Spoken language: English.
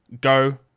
go